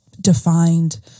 defined